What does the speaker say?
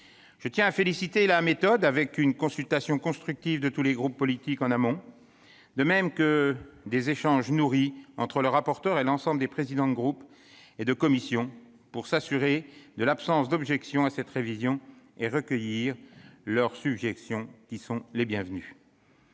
Je tiens à me féliciter de la méthode, avec une consultation constructive de tous les groupes politiques en amont, ainsi que des échanges nourris entre le rapporteur et l'ensemble des présidents de groupe et de commission pour s'assurer de l'absence d'objections à cette révision et recueillir leurs suggestions bienvenues.